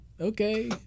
okay